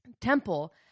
temple